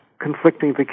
conflicting